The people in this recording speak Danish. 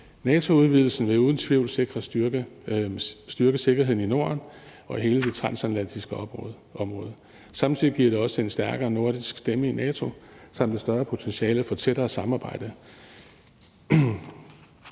NATO-udvidelsen vil uden tvivl styrke sikkerheden i Norden og hele det transatlantiske område. Samtidig giver det også en stærkere nordisk stemme i NATO samt et større potentiale for tættere samarbejde.